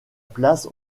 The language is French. place